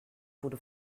wurde